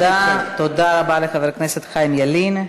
תודה רבה לחבר הכנסת חיים ילין.